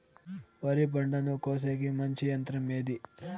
వరి పంటను కోసేకి మంచి యంత్రం ఏది?